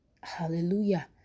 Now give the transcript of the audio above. Hallelujah